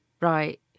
right